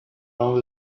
around